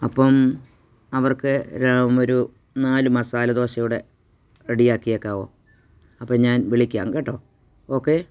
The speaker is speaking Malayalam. അപ്പം അവർക്ക് ഒരു നാല് മസാല ദോശ കൂടെ റെഡി ആക്കിയേക്കാവോ അപ്പം ഞാൻ വിളിക്കാം കേട്ടോ ഓക്കെ